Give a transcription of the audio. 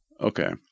Okay